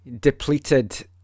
depleted